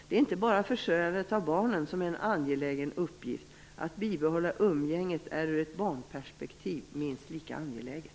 Det är inte bara försörjandet av barnen som är en angelägen uppgift, att bibehålla umgänget är ur ett barnperspektiv minst lika angeläget.